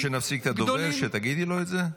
את רוצה שנפסיק את הדובר ותגידי לו את זה?